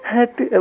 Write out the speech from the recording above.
Happy